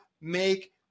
make